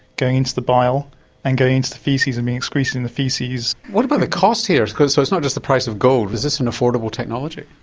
going into the bile and going into the faeces and being excreted in the faeces. what about the cost here because so it's not just the price of gold, is this an affordable technology?